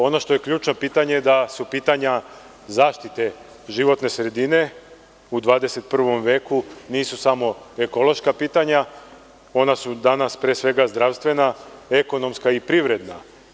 Ono što je ključno pitanje je da pitanja zaštite životne sredine u 21 veku nisu samo ekološka pitanja, ona su danas pre svega zdravstvena, ekonomska i privredna.